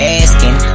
asking